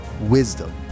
wisdom